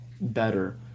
better